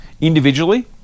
individually